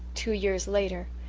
two years later,